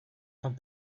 come